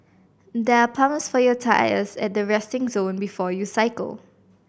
there are pumps for your tyres at the resting zone before you cycle